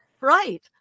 right